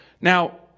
Now